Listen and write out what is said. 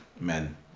men